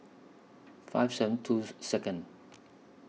five seven two Second